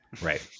Right